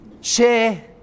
Share